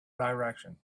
direction